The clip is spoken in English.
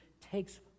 takes